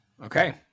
Okay